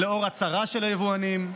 לאור הצהרה של היבואנים,